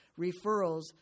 referrals